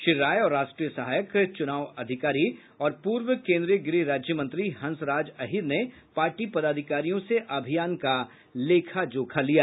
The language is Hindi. श्री राय और राष्ट्रीय सहायक चुनाव अधिकारी और पूर्व केन्द्रीय गृह राज्यमंत्री हंस राज अहिर ने पार्टी पदाधिकारियों से अभियान का लेखा जोखा लिया